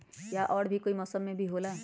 या और भी कोई मौसम मे भी होला?